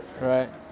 right